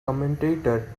commentator